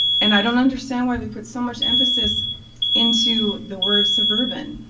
and i don't understand why we put so much emphasis into the word suburban,